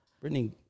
Brittany